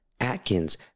Atkins